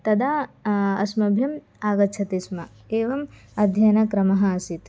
तदा अस्मभ्यम् आगच्छति स्म एवम् अध्ययनक्रमः आसीत्